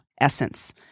essence